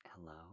Hello